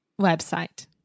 website